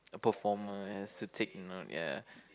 a performance to take note ya